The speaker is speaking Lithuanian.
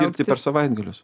dirbti per savaitgalius